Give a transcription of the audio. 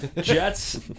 Jets